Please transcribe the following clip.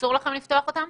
ואסור לכם לפתוח אותם?